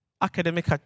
academic